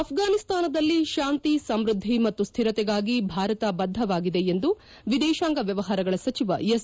ಆಫ್ವಾನಿಸ್ತಾನದಲ್ಲಿ ಶಾಂತಿ ಸಮ್ಯದ್ದಿ ಮತ್ತು ಶ್ಹಿರತೆಗಾಗಿ ಭಾರತ ಬದ್ದವಾಗಿದೆ ಎಂದು ವಿದೇಶಾಂಗ ವ್ಯವಹಾರಗಳ ಸಚಿವ ಎಸ್